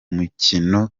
mikino